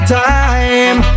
time